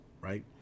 right